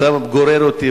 אתה גורר אותי,